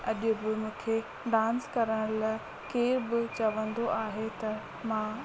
अॼु बि मूंखे डांस करण लाइ केरु बि चवंदो आहे त मां